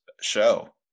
show